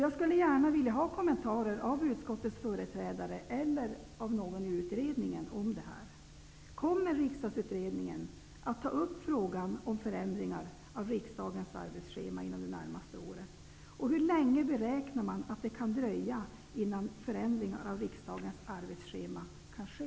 Jag skulle gärna vilja ha kommentarer av utskottets företrädare eller av någon i utredningen om detta. Kommer Riksdagsutredningen att ta upp frågan om förändringar av riksdagens arbetsschema inom det närmaste året? Hur länge beräknar man att det kan dröja innan förändringar av riksdagens arbetsschema kan ske?